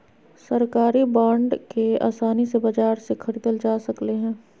सरकारी बांड के आसानी से बाजार से ख़रीदल जा सकले हें